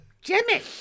Jimmy